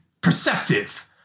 Perceptive